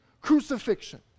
crucifixion